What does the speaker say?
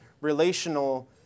relational